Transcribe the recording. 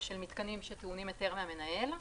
של מתקנים שטעונים היתר מהמנהל.